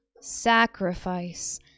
sacrifice